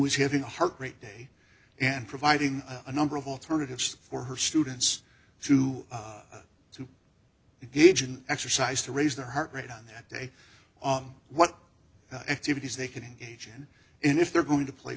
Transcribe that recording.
is having a heart rate day and providing a number of alternatives for her students to to engage an exercise to raise their heart rate on that day what activities they can engage in and if they're going to play